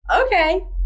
Okay